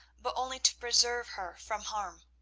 but only to preserve her from harm.